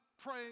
pray